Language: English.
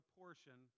portion